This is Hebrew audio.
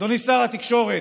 אדוני שר התקשורת